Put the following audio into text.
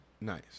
Nice